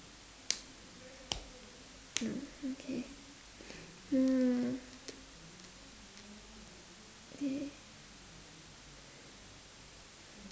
hmm okay hmm okay